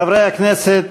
ברשות יושב-ראש הכנסת,